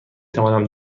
توانم